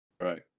Right